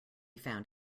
found